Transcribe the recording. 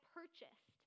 purchased